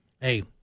Hey